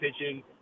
pitching